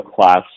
class